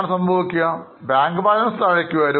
നമ്മൾ പണം അടയ്ക്കുന്നു അതിനാൽ ബാങ്ക് ബാലൻസ് കുറയും